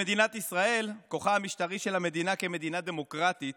במדינת ישראל כוחה המשטרי של המדינה כמדינה דמוקרטית